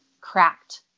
cracked